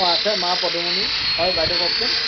অঁ আছে মা পদুমনি হয় বাইদেউ কওকচোন